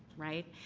right?